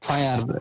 Fire